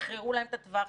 תשחררו להם את הטווח,